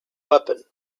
weapon